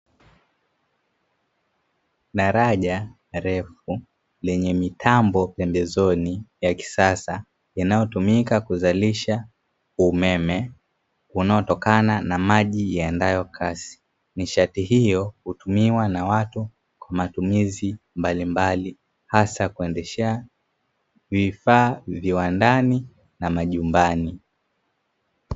Daraja refu lenye mitambo pembezoni ya kisasa inayotumika kuzalisha umeme unaotokana na maji yaendayo kasi, nishati hiyo hutumiwa na watu kwa matumizi mbalimbali hasa kuendeshea vifaa viwandani na majumbani.